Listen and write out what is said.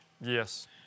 Yes